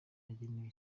yagenewe